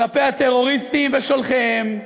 כלפי הטרוריסטים ושולחיהם.